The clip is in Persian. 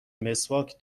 مسواک